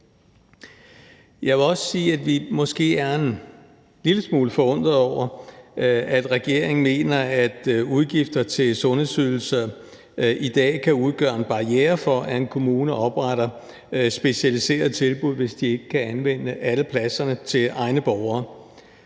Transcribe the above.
Jeg vil også sige, at vi måske er en lille smule forundrede over, at regeringen mener, at udgifter til sundhedsydelser i dag kan udgøre en barriere for, at en kommune opretter specialiserede tilbud, hvis de ikke kan anvende alle pladserne til egne borgere.